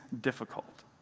difficult